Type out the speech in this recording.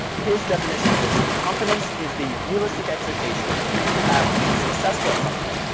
his definition is, confidence is the realistic expectation you have of being successful at something,